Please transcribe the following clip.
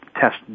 test